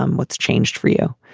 um what's changed for you.